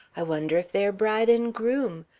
i wonder if they are bride and groom?